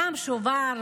פעם שובר,